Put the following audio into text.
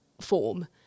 form